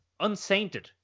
Unsainted